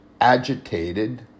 agitated